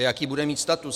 Jaký bude mít status?